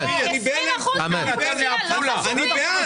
20% מהאוכלוסייה לא חשובים?